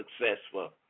successful